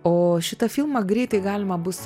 o šitą filmą greitai galima bus